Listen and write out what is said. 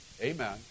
Amen